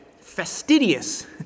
fastidious